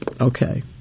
Okay